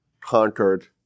conquered